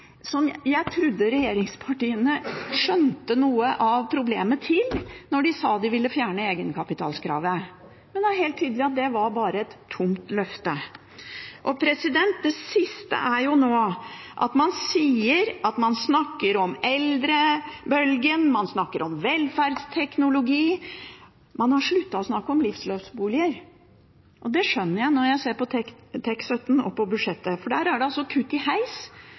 som jeg trodde regjeringspartiene skjønte noe av problemet til, da de sa at de ville fjerne egenkapitalkravet. Men det er helt tydelig at det bare var et tomt løfte. Det siste er at man nå snakker om eldrebølgen, og man snakker om velferdsteknologi, men man har sluttet å snakke om livsløpsboliger. Det skjønner jeg når jeg ser på TEK17 og på budsjettet, for der er det altså kutt i heis,